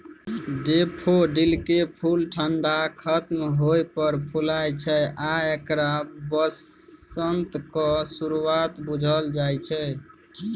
डेफोडिलकेँ फुल ठंढा खत्म होइ पर फुलाय छै आ एकरा बसंतक शुरुआत बुझल जाइ छै